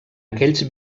aquells